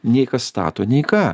nei kas stato nei ką